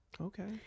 Okay